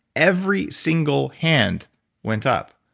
every single hand went up.